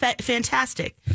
fantastic